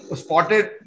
spotted